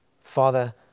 Father